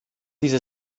diese